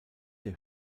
der